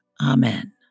Amen